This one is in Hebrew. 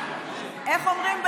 איך אומרים ביידיש?